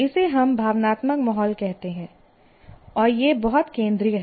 इसे हम भावनात्मक माहौल कहते हैं और यह बहुत केंद्रीय है